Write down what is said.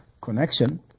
connection